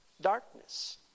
darkness